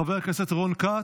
חבר הכנסת רון כץ,